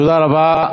תודה רבה.